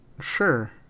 Sure